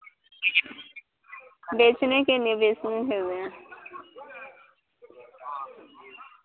बेचने के लिए बेचने के लिए